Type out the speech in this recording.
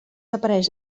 apareix